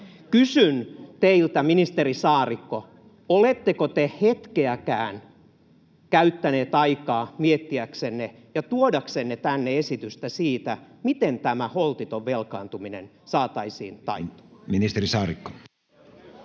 Kysyn teiltä, ministeri Saarikko: oletteko te hetkeäkään käyttänyt aikaa miettiäksenne ja tuodaksenne tänne esitystä siitä, miten tämä holtiton velkaantuminen saataisiin taittumaan?